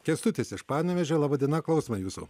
kęstutis iš panevėžio laba diena klausome jūsų